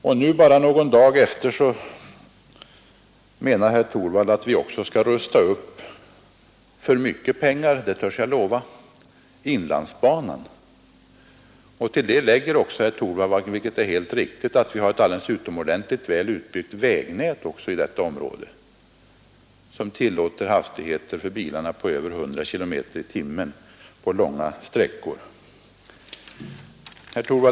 I dag, alltså bara några dagar senare, menar herr Torwald att vi också skall rusta upp inlandsbanan — och för stora pengar. Härtill lägger herr Torwald sedan också, vilket är helt riktigt, att vi i detta område har ett utomordentligt väl utbyggt vägnät som tillåter bilarna att hålla hastigheter på över 100 kilometer i timmen på långa sträckor.